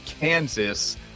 Kansas